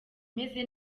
imeze